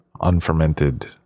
unfermented